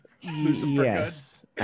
yes